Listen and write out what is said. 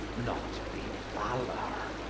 not by valour.